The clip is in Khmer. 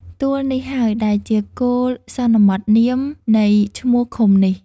ទួលនេះហើយ ដែលជាគោលសន្មតនាមនៃឈ្មោះឃុំនេះ ។